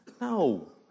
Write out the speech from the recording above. No